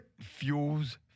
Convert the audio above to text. fuels